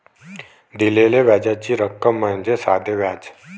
दिलेल्या व्याजाची रक्कम म्हणजे साधे व्याज